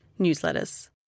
newsletters